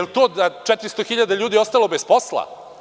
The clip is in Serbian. Time da je 400.000 ljudi ostalo bez posla?